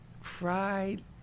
fried